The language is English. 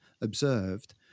observed